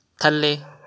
ਥੱਲੇ